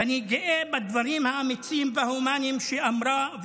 ואני גאה בדברים האמיצים וההומניים שהיא אמרה,